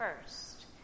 first